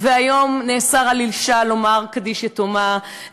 והיום נאסר על אישה לומר קדיש יתומה,